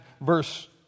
verse